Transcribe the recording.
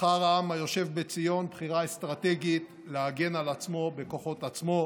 בחר העם היושב בציון בחירה אסטרטגית להגן על עצמו בכוחות עצמו.